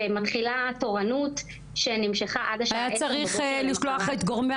ומתחילה תורנות שנמשכה עד השעה 10:00 בבוקר למחרת.